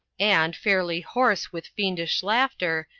and, fairly horse with fiendish laughter,